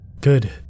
good